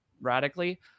radically